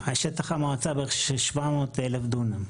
700,000 דונמים.